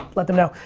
let them know.